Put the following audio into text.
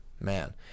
man